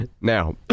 Now